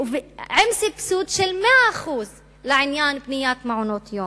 עם סבסוד של 100% לעניין בניית מעונות-יום.